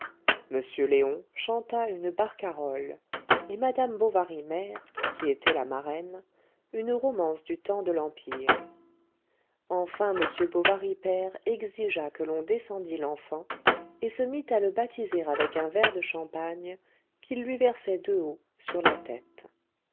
m léon chanta une barcarolle et madame bovary mère qui était la marraine une romance du temps de l'empire enfin m bovary père exigea que l'on descendît l'enfant et se mit à le baptiser avec un verre de champagne qu'il lui versait de haut sur la tête